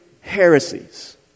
heresies